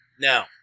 now